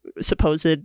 Supposed